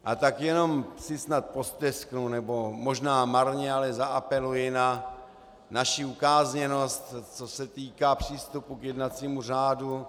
A tak si jenom snad postesknu, nebo možná marně, ale zaapeluji na naši ukázněnost, co se týká přístupu k jednacímu řádu.